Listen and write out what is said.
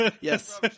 Yes